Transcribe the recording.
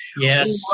Yes